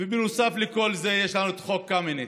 ונוסף לכל זה יש לנו את חוק קמיניץ.